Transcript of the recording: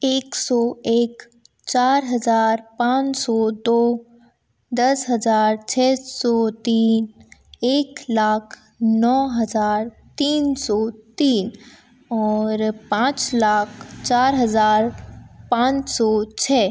एक सौ एक चार हज़ार पाँच सौ दो दस हज़ार छः सौ तीन एक लाख नौ हज़ार तीन सौ तीन और पाँच लाख चार हज़ार पाँच सौ छः